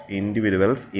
individuals